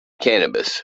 cannabis